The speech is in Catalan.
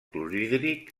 clorhídric